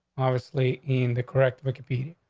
obviously, in the correct recipe.